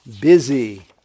busy